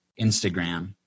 Instagram